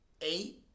Eight